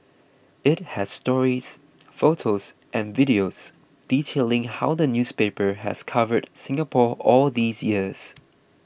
it has stories photos and videos detailing how the newspaper has covered Singapore all these years